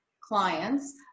clients